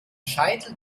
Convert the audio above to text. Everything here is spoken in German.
scheitel